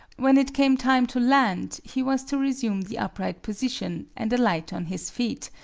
when it came time to land he was to resume the upright position and alight on his feet,